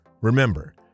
Remember